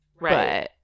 right